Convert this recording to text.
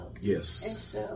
Yes